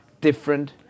different